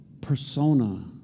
persona